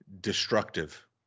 destructive